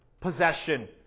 possession